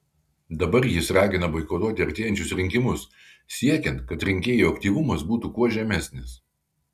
dabar jis ragina boikotuoti artėjančius rinkimus siekiant kad rinkėjų aktyvumas būtų kuo žemesnis